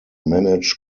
manage